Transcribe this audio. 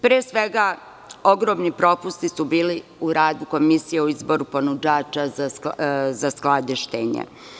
Pre svega, ogromni propusti su bili u radu komisije o izboru ponuđača za skladištenje.